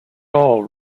all